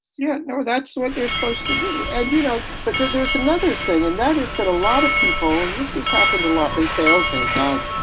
yeah know, that's what they're supposed to do. and, you know. but then there's another thing and that is that a lot of people and this has happened a lot. they say, ok, guys,